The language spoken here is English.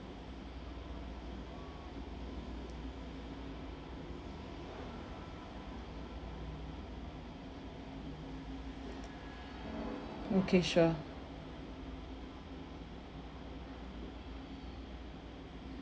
okay sure